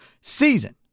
season